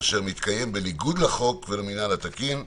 אשר מתקיימת בניגוד לחוק ולמנהל התיקון,